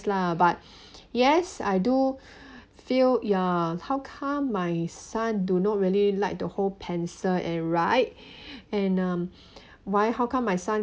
lah but yes I do feel ya how come my son do not really like the whole pencil and write and um why how come my son